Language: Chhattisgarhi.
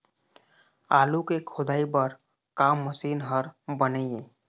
आलू के खोदाई बर का मशीन हर बने ये?